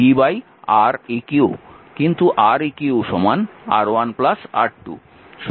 কিন্তু Req R1 R2